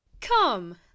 Come